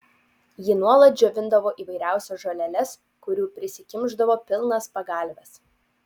ji nuolat džiovindavo įvairiausias žoleles kurių prisikimšdavo pilnas pagalves